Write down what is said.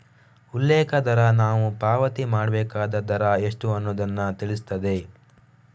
ಉಲ್ಲೇಖ ದರ ನಾವು ಪಾವತಿ ಮಾಡ್ಬೇಕಾದ ದರ ಎಷ್ಟು ಅನ್ನುದನ್ನ ತಿಳಿಸ್ತದೆ